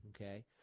okay